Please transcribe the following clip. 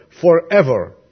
forever